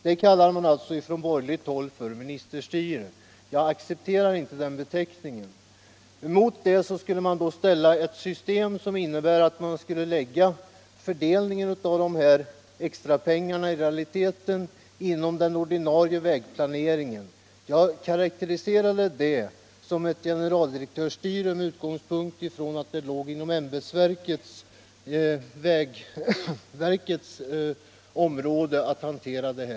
Det kallar man på borgerligt håll för ministerstyre, men jag accepterar inte den beteckningen. Mot det skulle man ställa ett system som innebär att man skulle lägga fördelningen av dessa extra medel i realiteten inom den ordinarie vägplaneringen. Jag karakteriserade det som ett generaldirektörsstyre med utgångspunkt i att det skulle ligga på vägverkets ansvar att hantera medlen.